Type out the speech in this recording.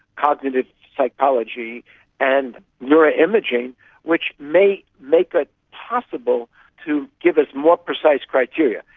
cognitive psychology and neuroimaging which may make ah it possible to give us more precise criteria.